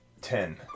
ten